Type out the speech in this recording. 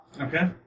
Okay